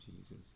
Jesus